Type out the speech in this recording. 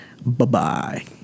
Bye-bye